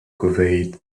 conveyed